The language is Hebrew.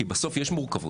כי בסוף יש מורכבות.